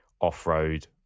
off-road